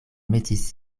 metis